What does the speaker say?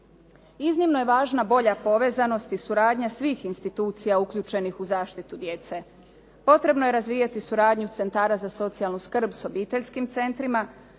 Iznimno je važna bolja povezanost i suradnja svih institucija uključenih u zaštitu djece, potrebno je razvijati suradnju centara za socijalnu skrb s obiteljskim centrima